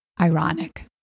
ironic